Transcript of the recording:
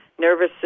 nervous